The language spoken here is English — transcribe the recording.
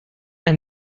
and